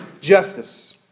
justice